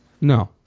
No